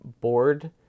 board